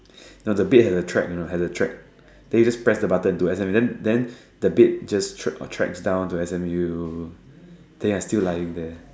no the bed has a track you know has a track then you just press the button to exam then then the bed just track tracks down to S_M_U then you are still lying there